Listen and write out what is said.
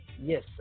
yes